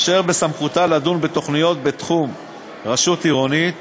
אשר בסמכותה לדון בתוכניות בתחום רשות עירונית